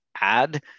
add